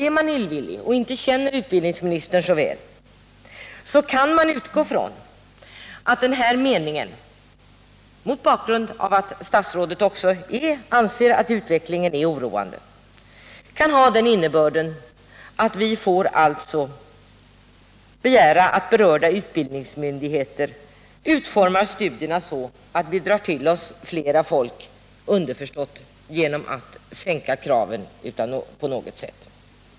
Är man illvillig och inte känner utbildningsministern så väl, kan man utgå från att denna mening — mot bakgrund av att statsrådet anser att utvecklingen är oroande — kan ha den innebörden att vi måste begära att berörda utbildningsmyndigheter utformar studierna så att man drar till sig flera elever, underförstått genom att sänka kraven på något sätt.